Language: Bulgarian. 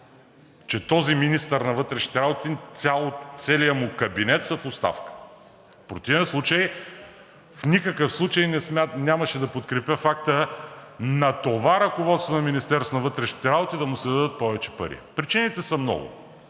че този министър на вътрешните работи и целият му кабинет са в оставка. В противен случай в никакъв случай нямаше да подкрепя факта на това ръководство на Министерството на вътрешните работи да му се дадат повече пари. Причините са много.